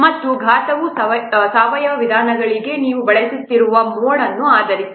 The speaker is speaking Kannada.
ಮತ್ತು ಈ ಘಾತವು ಸಾವಯವ ವಿಧಾನಗಳಿಗಾಗಿ ನೀವು ಬಳಸುತ್ತಿರುವ ಮೋಡ್ ಅನ್ನು ಆಧರಿಸಿದೆ